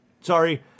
sorry